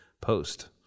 post